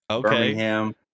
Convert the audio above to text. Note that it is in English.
Birmingham